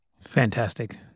Fantastic